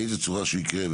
באיזה צורה שהוא יקרה,